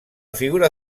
figura